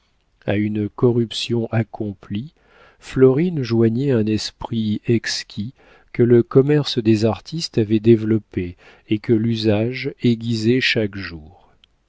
a une corruption accomplie florine joignait un esprit exquis que le commerce des artistes avait développé et que l'usage aiguisait chaque jour